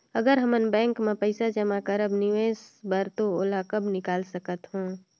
अगर हमन बैंक म पइसा जमा करब निवेश बर तो ओला कब निकाल सकत हो?